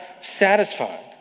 satisfied